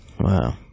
Wow